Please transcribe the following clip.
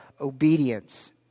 obedience